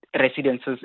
residences